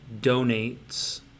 donates